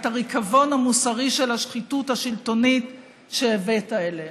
את הריקבון המוסרי של השחיתות השלטונית שהבאת אלינו.